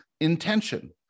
intention